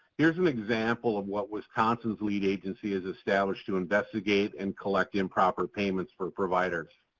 here's an example of what wisconsin's lead agency is established to investigate and collect improper payments for providers.